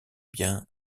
bien